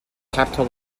capital